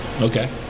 Okay